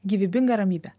gyvybinga ramybė